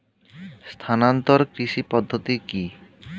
স্থানান্তর কৃষি পদ্ধতি কি?